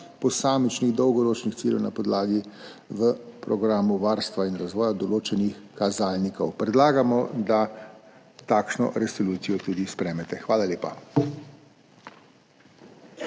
posamičnih dolgoročnih ciljev, na podlagi v programu varstva in razvoja določenih kazalnikov. Predlagamo, da takšno resolucijo tudi sprejmete. Hvala lepa.